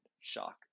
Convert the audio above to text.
shock